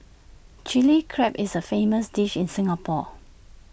Chilli Crab is A famous dish in Singapore